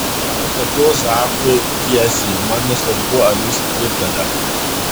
atsakiau zakui tiesiai man nesvarbu ar jis pritaria